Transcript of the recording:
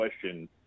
question